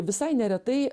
visai neretai